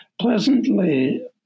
pleasantly